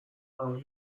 اون